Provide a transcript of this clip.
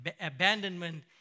abandonment